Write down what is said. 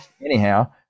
anyhow